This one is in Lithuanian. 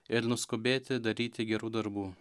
ir nuskubėti daryti gerų darbų